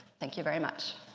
thank you very much.